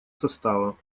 состава